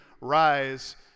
rise